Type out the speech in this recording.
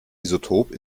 isotop